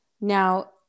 Now